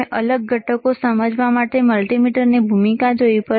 અમે અલગ ઘટકોને સમજવા માટે મલ્ટિમીટરની ભૂમિકા જોઈ છે